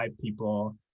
people